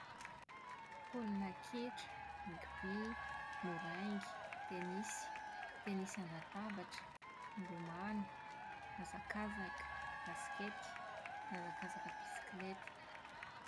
Baolina kitra, Rugby, moraingy, tenisy, tenisy an-databatra, ny lomano, ny hazakazaka, basikety, ny hazakazaka bisikilety.